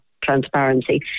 transparency